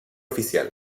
oficial